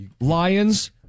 Lions